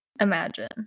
imagine